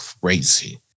Crazy